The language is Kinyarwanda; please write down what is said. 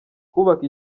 kubaka